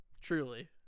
Truly